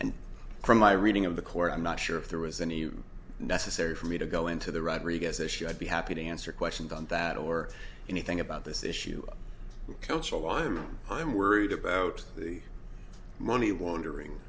and from my reading of the court i'm not sure if there was any necessary for me to go into the rodriguez issue i'd be happy to answer questions on that or anything about this issue of counsel i am i'm worried about the money wondering